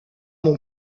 mon